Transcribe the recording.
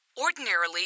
Ordinarily